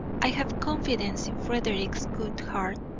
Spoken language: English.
i have confidence in frederick's good heart,